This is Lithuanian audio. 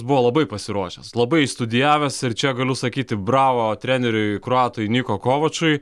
buvo labai pasiruošęs labai studijavęs ir čia galiu sakyti bravo treneriui kroatui niko kovačui